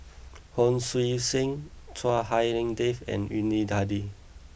Hon Sui Sen Chua Hak Lien Dave and Yuni Hadi